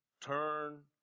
Turn